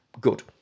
Good